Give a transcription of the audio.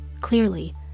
Clearly